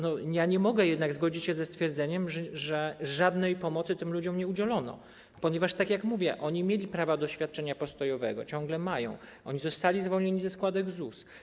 Nie mogę jednak zgodzić się ze stwierdzeniem, że żadnej pomocy tym ludziom nie udzielono, ponieważ tak jak mówię, oni mieli prawa do świadczenia postojowego, ciągle je mają, zostali zwolnieni ze składek ZUS.